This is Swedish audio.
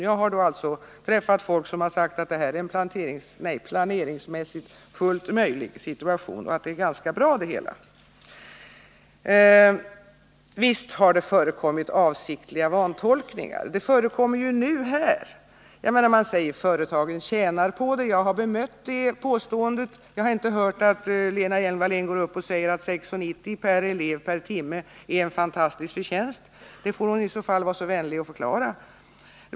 Jag har dock träffat folk som sagt att detta är en planeringsmässigt fullt möjlig situation och att det hela är ganska bra. Visst har det förekommit avsiktliga vantolkningar. Sådana förekommer ju här nu. Man säger att företagen tjänar på den nya ordningen. Jag har bemött detta påstående. Men jag har inte hört att Lena Hjelm-Wallén säger att 6:90 kr. per elev per timme är en fantastisk förtjänst. Det får hon i så fall vara vänlig och förklara.